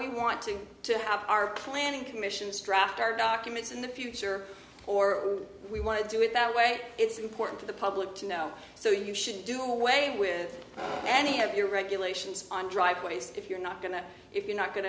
we want to to have our planning commissions draft our documents in the future or we want to do it that way it's important for the public to know so you should do away with and have your regulations on driveways if you're not going to if you're not going